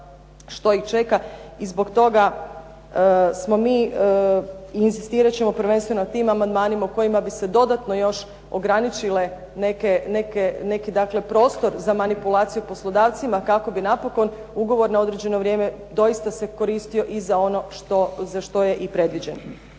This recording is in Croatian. što ih čeka. I zbog toga smo mi i inzistirat ćemo prvenstveno na tim amandmanima u kojima bi se dodatno još ograničili neki prostor za manipulaciju poslodavcima kako bi napokon ugovor na određeno vrijeme doista se koristio i za ono za što je i predviđen.